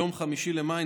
ביום 5 במאי,